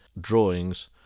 drawings